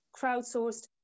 crowdsourced